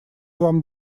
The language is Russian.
вам